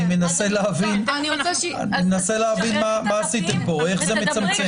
אני מנסה להבין מה עשיתם פה, איך זה מצמצם.